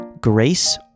grace